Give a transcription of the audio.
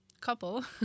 couple